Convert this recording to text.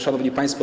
Szanowni Państwo!